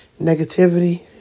negativity